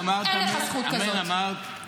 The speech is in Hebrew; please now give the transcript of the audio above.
אין לך זכות כזאת.